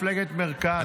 מפלגת מרכז.